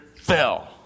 fell